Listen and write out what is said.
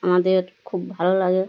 আমাদের খুব ভালো লাগে